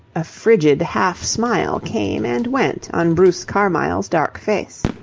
a frigid half-smile came and went on bruce carmyle's dark face.